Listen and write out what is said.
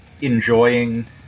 enjoying